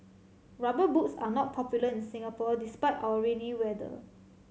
Rubber Boots are not popular in Singapore despite our rainy weather